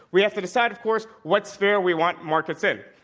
we have to decide, of course, what sphere we want markets in.